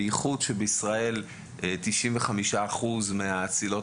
בייחוד כש-95% מהצלילות